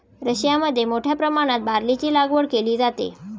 रशियामध्ये मोठ्या प्रमाणात बार्लीची लागवड केली जाते